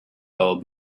old